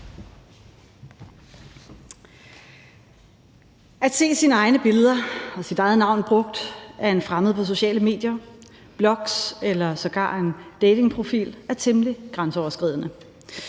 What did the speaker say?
At se sine egne billeder og sit eget navn brugt af en fremmed på sociale medier, blogs eller sågar på en datingprofil, er temmelig grænseoverskridende,